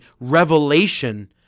revelation